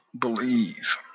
believe